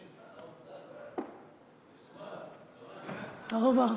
את שומעת, מה הוא אמר?